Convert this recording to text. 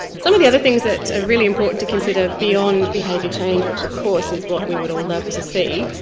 some of the other things that are really important to consider beyond behavior change, which of course is what we would all love to see,